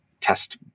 test